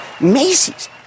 Macy's